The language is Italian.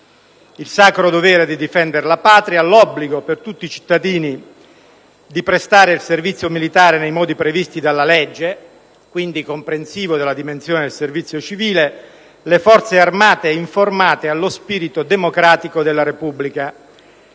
il sacro dovere di difendere la Patria; l'obbligo per tutti i cittadini di prestare il servizio militare nei modi previsti dalla legge, e quindi comprensivo della dimensione del servizio civile; le Forze armate informate allo spirito democratico della Repubblica.